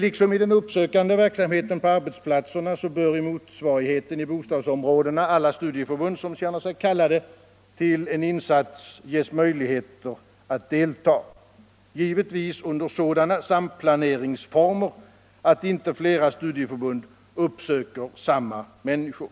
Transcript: Liksom i den uppsökande verksamheten på arbetsplatserna bör i motsvarigheten i bostadsområdena alla studieförbund som känner sig kallade till en insats ges möjlighet att delta — givetvis under sådana samplaneringsformer att inte flera studieförbund uppsöker samma människor.